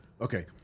Okay